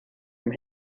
from